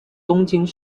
东京